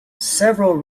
several